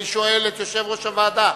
אני שואל את יושב-ראש הוועדה.